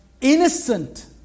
innocent